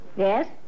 Yes